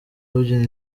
babyina